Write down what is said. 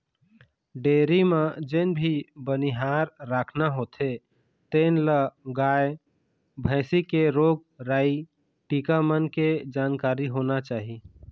dairy म जेन भी बनिहार राखना होथे तेन ल गाय, भइसी के रोग राई, टीका मन के जानकारी होना चाही